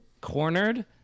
cornered